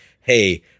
hey